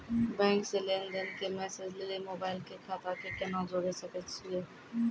Bank से लेंन देंन के मैसेज लेली मोबाइल के खाता के केना जोड़े सकय छियै?